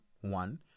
one